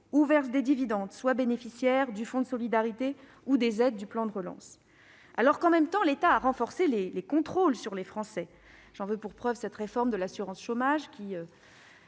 ou versant des dividendes soit bénéficiaire du fonds de solidarité ou des aides du plan de relance, alors que, en même temps, l'État a renforcé les contrôles sur les Français ? J'en veux pour preuve cette réforme de l'assurance chômage, qui